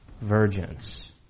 virgins